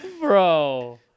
Bro